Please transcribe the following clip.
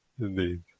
Indeed